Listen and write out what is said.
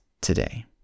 today